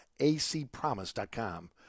acpromise.com